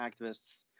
activists